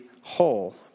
whole